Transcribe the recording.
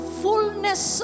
fullness